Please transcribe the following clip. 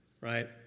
Right